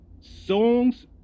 songs